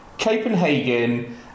Copenhagen